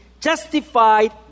justified